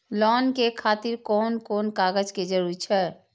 Loan के खातिर कोन कोन कागज के जरूरी छै?